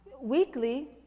weekly